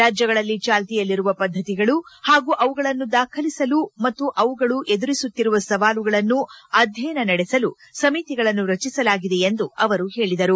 ರಾಜ್ಞಗಳಲ್ಲಿ ಚಾಲ್ತಿಯಲ್ಲಿರುವ ಪದ್ದತಿಗಳು ಹಾಗೂ ಅವುಗಳನ್ನು ದಾಖಲಿಸಲು ಮತ್ತು ಅವುಗಳು ಎದುರಿಸುತ್ತಿರುವ ಸವಾಲುಗಳನ್ನು ಅಧ್ಯಯನ ನಡೆಸಲು ಸಮಿತಿಗಳನ್ನು ರಚಿಸಲಾಗಿದೆ ಎಂದು ಅವರು ಹೇಳಿದರು